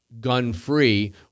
gun-free